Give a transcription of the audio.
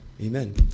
Amen